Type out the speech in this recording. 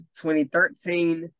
2013